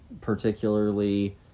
particularly